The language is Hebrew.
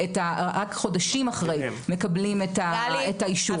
רק חודשים אחרי מקבלים את האישור.